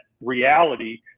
reality